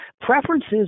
preferences